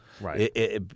Right